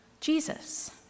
Jesus